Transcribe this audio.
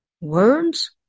words